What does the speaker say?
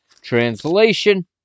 Translation